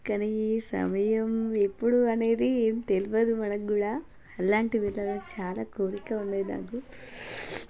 కానీ సమయం ఎప్పుడు అనేది ఏమి తెలువదు మనకు కూడా అలాంటి వెళ్ళాలి అంటే నాకు చాలా కోరిక ఉండేది నాకు